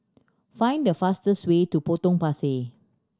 find the fastest way to Potong Pasir